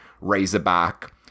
Razorback